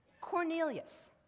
Cornelius